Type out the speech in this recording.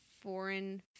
foreign